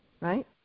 Right